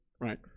right